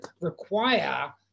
require